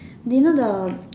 did you know the